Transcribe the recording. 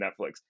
Netflix